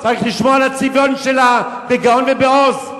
צריך לשמור על הצביון שלה בגאון ובעוז.